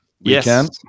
Yes